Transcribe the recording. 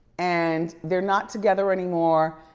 and they're not together anymore.